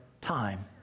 time